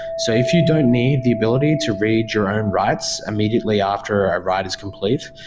so if you don't need the ability to read your own writes immediately after a write is complete,